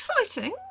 exciting